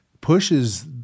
pushes